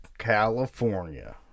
California